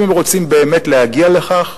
אם הם רוצים באמת להגיע לכך,